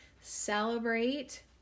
celebrate